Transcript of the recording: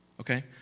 okay